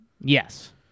Yes